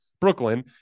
Brooklyn